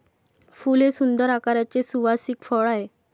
फूल हे सुंदर आकाराचे सुवासिक फळ आहे